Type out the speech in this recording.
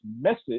message